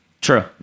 True